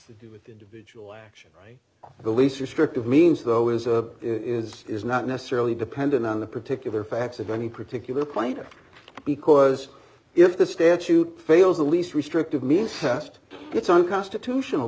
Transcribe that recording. to do with individual action the least restrictive means though is a is is not necessarily dependent on the particular facts of any particular point because if the statute fails the least restrictive means test it's unconstitutional